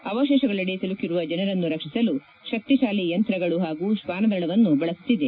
ಅವಶೇಷಗಳಡಿ ಸಿಲುಕಿರುವ ಜನರನ್ನು ರಕ್ಷಿಸಲು ಶಕ್ತಿಶಾಲಿಯಂತ್ರಗಳು ಹಾಗೂ ಶ್ವಾನದಳವನ್ನು ಬಳಸುತ್ತಿದೆ